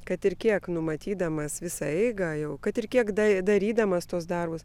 kad ir kiek numatydamas visą eigą jau kad ir kiek da darydamas tuos darbus